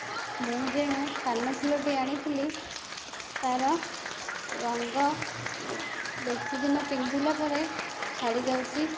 ମୁଁ ଯେଉଁ କାନଫୁଲଟେ ଆଣିଥିଲି ତା'ର ରଙ୍ଗ ବେଶି ଦିନ ପିନ୍ଧିଲା ପରେ ଛାଡ଼ିଯାଉଛି